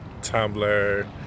Tumblr